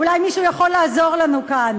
אולי מישהו יכול לעזור לנו כאן.